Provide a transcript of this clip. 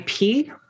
IP